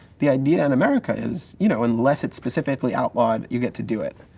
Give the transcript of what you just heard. the idea in america is, you know unless it's specifically outlawed, you get to do it.